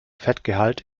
fettgehalt